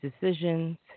decisions